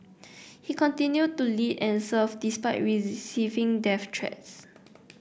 he continued to lead and serve despite receiving death threats